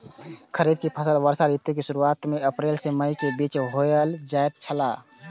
खरीफ के फसल वर्षा ऋतु के शुरुआत में अप्रैल से मई के बीच बौअल जायत छला